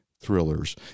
Thrillers